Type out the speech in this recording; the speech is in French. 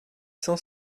cent